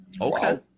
Okay